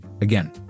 Again